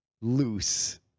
loose